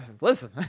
Listen